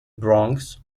bronx